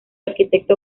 arquitecto